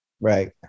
Right